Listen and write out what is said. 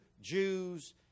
Jews